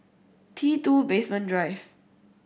T Two Basement Drive